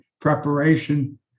preparation